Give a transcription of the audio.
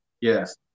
Yes